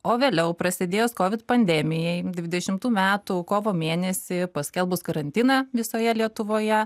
o vėliau prasidėjus covid pandemijai dvidešimtų metų kovo mėnesį paskelbus karantiną visoje lietuvoje